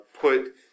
put